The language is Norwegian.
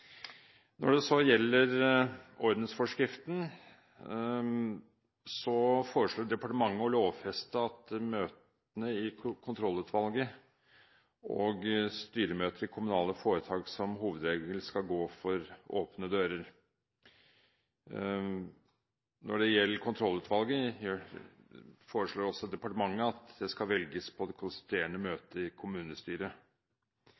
Når det så gjelder ordensforskriften, foreslår departementet å lovfeste at møtene i kontrollutvalget og styremøter i kommunale foretak som hovedregel skal gå for åpne dører. Når det gjelder kontrollutvalget, foreslår departementet at det skal velges på det konstituerende